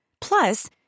Plus